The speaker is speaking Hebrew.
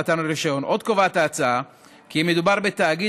עוד קובעת ההצעה כי אם מדובר בתאגיד,